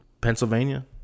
Pennsylvania